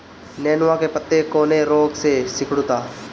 नेनुआ के पत्ते कौने रोग से सिकुड़ता?